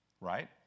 Right